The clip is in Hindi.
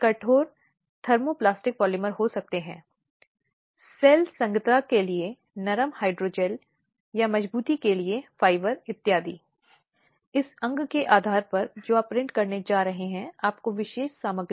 उदाहरणों में पति द्वारा जबरन संभोग करना महिलाओं को उसकी इच्छा के विरुद्ध पोर्नोग्राफी देखना आदि शामिल हैं